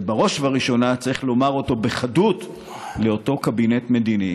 ובראש ובראשונה צריך לומר אותה בחדות לאותו קבינט מדיני